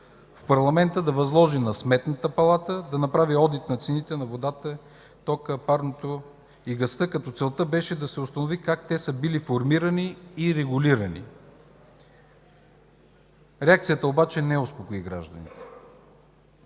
в парламента да възложи на Сметната палата да направи одит на цените на водата, тока, парното и газта. Целта беше да се установи как те са били формирани и регулирани. Реакцията обаче не успокои гражданите.